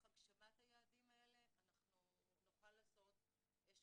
לצורך הגשמת היעדים האלה אנחנו נוכל לעשות איזה